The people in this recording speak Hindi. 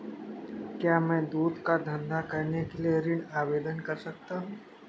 क्या मैं दूध का धंधा करने के लिए ऋण आवेदन कर सकता हूँ?